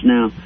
Now